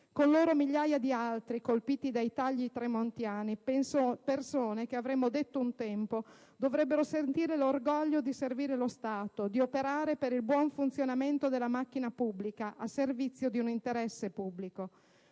Con loro migliaia di altri, colpiti dai tagli tremontiani, persone che, avremmo detto un tempo, dovrebbero sentire l'orgoglio di servire lo Stato, di operare per il buon funzionamento della macchina pubblica, a servizio del pubblico